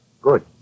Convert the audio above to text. Good